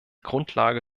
grundlage